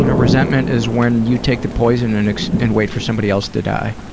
you know resentment is when you take the poison and and wait for somebody else to die.